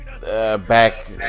Back